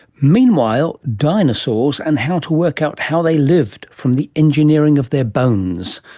meanwhile, dinosaurs and how to work out how they lived from the engineering of their bones.